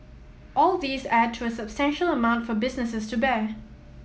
all these add to a substantial amount for businesses to bear